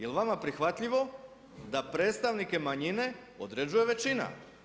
Jel' vama prihvatljivo da predstavnike manjine određuje većina?